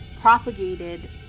propagated